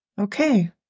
Okay